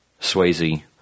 Swayze